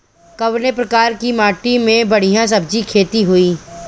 कवने प्रकार की माटी में बढ़िया सब्जी खेती हुई?